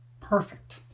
perfect